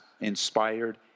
inspired